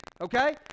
Okay